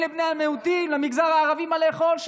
אין לבני המיעוטים, למגזר הערבי מה לאכול?